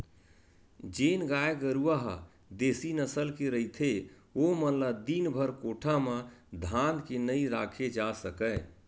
जेन गाय गरूवा ह देसी नसल के रहिथे ओमन ल दिनभर कोठा म धांध के नइ राखे जा सकय